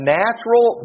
natural